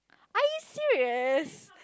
are you serious